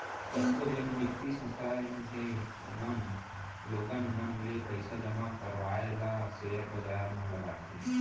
कतको जेन बित्तीय संस्था हे ओमन लोगन मन ले पइसा जमा करवाय ल सेयर बजार म लगाथे